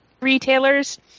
retailers